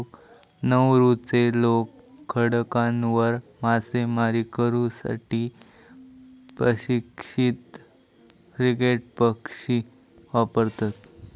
नौरूचे लोक खडकांवर मासेमारी करू साठी प्रशिक्षित फ्रिगेट पक्षी वापरतत